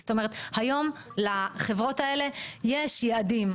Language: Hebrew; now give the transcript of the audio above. זאת אומרת, היום לחברות האלה יש יעדים.